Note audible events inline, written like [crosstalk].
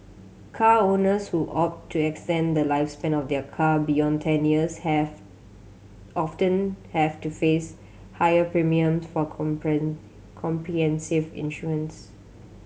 car owners who opt to extend the lifespan of their car beyond ten years have often have to face higher premium for [unintelligible] comprehensive insurance